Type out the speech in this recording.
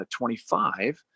25